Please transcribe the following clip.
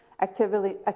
activity